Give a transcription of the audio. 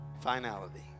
finality